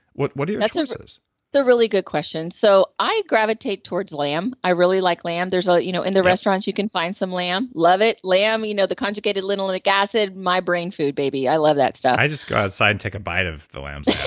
what what are your? that's um so a so really good question. so i gravitate towards lamb. i really like lamb. ah you know in the restaurants, you can find some lamb. love it, lamb. you know the conjugated linoleic acid my brain food baby. i love that stuff i just go outside and take a bite of the lambs